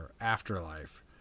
afterlife